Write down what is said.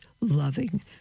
loving